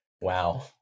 Wow